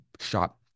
shot